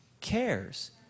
cares